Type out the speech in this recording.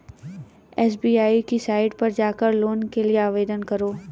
SBI की site पर जाकर लोन के लिए आवेदन करो